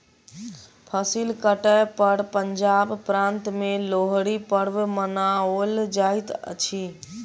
फसिल कटै पर पंजाब प्रान्त में लोहड़ी पर्व मनाओल जाइत अछि